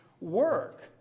work